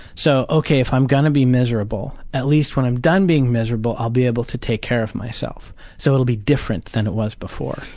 so, ok, if i'm gonna be miserable, at least when i'm done being miserable, i'll be able to take care of myself. so it'll be different than it was before.